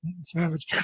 Savage